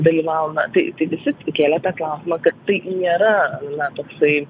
dalyvavome tai tai visi kėl tą klausimą kad tai nėra na toksai